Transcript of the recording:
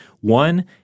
One